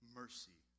mercy